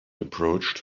approached